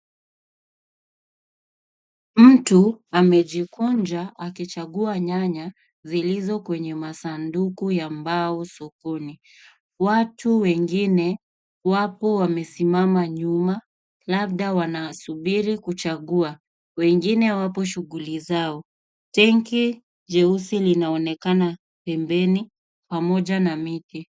Mtu amejikunja akichagua nyanya zilizo kwenye masanduku ya mbao sokoni. Watu wengine wapo wamesimama nyuma, labda wanasubiri kuchagua. Wengine wapo shughuli zao. Tenki jeusi linonekana pembeni pamoja na miti.